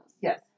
Yes